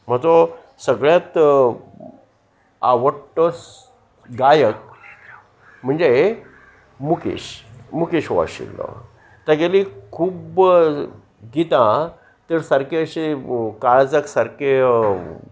म्हजो सगळ्यांत आवडटो गायक म्हणजे मुकेश मुकेश वाशिल्लो तेागेली खूब्ब गीतां तर सारके अशें काळजाक सारके